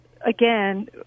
again